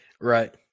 Right